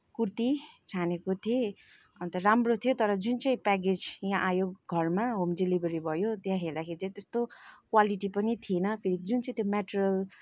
कुर्ती छानेको थिएँ अन्त राम्रो थियो तर जुन चाहिँ प्याकेज यहाँ आयो घरमा होम डेलिभरी भयो त्यो हेर्दाखेरि त त्यस्तो क्वालिटी पनि थिएन त्यो जुन चाहिँ त्यो मेटेरियल